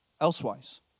elsewise